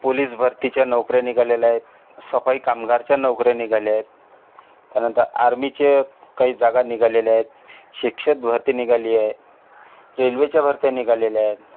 police भरतीच्या नोकऱ्या निघालेल्या आहेत सफाई कामगारच्या नोकऱ्या निघाल्या आहेत त्यानंतर आर्मीच्या काही जागा निघालेल्या आहेत शिक्षक भरती निघाली आहे रेल्वेच्या भरत्या निघालेल्या आहेत